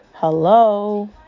Hello